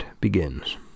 begins